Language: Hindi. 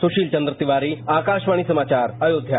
सुशील चंद्र तिवारी आकाशवाणी समाचार अयोध्या